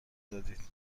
دادید